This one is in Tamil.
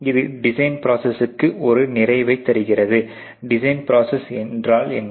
இது டிசைன் ப்ரோசஸ்க்கு ஒரு நிறைவை தருகிறது டிசைன் ப்ரோசஸ் என்றால் என்ன